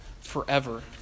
forever